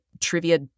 trivia